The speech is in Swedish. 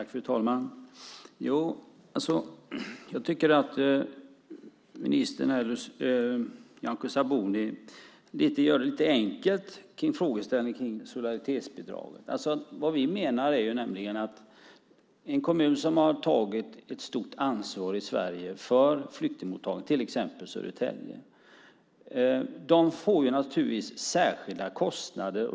Fru talman! Jag tycker att Nyamko Sabuni förenklar frågeställningen om solidaritetsbidraget. Vi menar att en kommun som har tagit ett stort ansvar för flyktingmottagningen i Sverige, till exempel Södertälje, naturligtvis får särskilda kostnader.